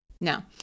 Now